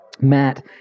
Matt